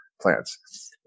plants